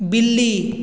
बिल्ली